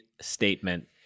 statement